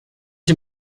you